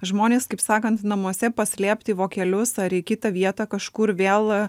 žmonės kaip sakant namuose paslėpt į vokelius ar į kitą vietą kažkur vėl